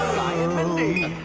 um and, mindy,